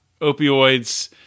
opioids